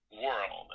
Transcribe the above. world